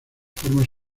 formas